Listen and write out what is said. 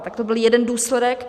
Tak to byl jeden důsledek.